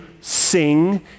sing